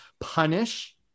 punish